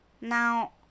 Now